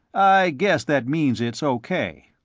i guess that means it's o k.